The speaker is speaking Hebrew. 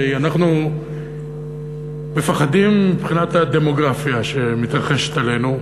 הרי אנחנו מפחדים מבחינת הדמוגרפיה שמתרחשת עלינו,